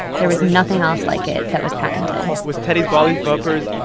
there was nothing else like it that was patented was teddy's ballie bumpers,